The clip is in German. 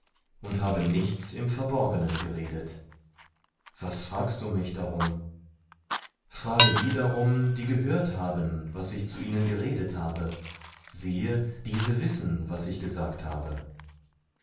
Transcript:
und habe nichts im verborgenen geredet was fragst du mich darum frage die darum die gehört haben was ich zu ihnen geredet habe siehe diese wissen was ich gesagt habe